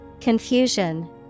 Confusion